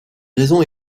raisons